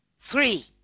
three